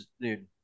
dude